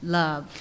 love